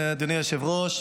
אדוני היושב-ראש,